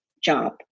job